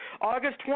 August